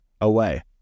away